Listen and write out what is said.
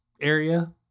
area